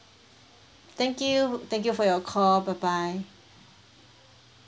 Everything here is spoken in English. thank you thank you for your call bye bye